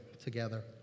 together